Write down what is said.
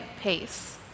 pace